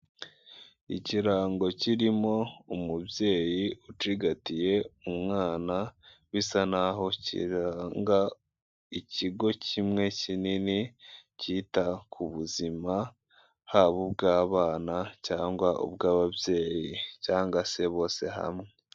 Ikirango kirimo umubyeyi ucigatiye umwana bisa naho kiranga ikigo kimwe kinini cyita ku buzima haba ubw'abana cyangwa ubw'ababyeyi cyangwa se bose hamwe.